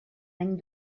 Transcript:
any